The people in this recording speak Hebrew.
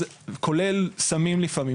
כולל סמים לפעמים,